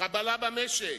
חבלה במשק.